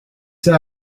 était